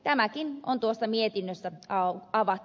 tämäkin on tuossa mietinnössä avattu